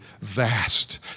vast